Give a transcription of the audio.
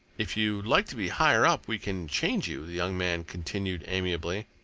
if you'd like to be higher up we can change you, the young man continued amiably.